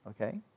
Okay